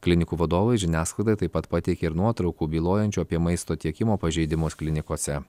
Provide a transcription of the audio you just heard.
klinikų vadovai žiniasklaidai taip pat pateikė ir nuotraukų bylojančių apie maisto tiekimo pažeidimus klinikose